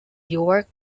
york